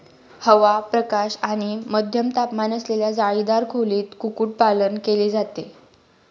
हवा, प्रकाश आणि मध्यम तापमान असलेल्या जाळीदार खोलीत कुक्कुटपालन केले जाते